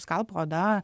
skalpo oda